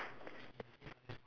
I don't know it's grey I think